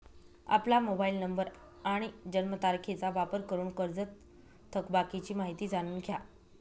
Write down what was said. आपला mobile number आणि जन्मतारखेचा वापर करून कर्जत थकबाकीची माहिती जाणून घ्या